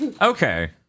okay